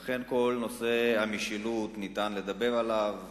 ולכן, כל נושא המשילות, ניתן לדבר עליו,